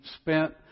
spent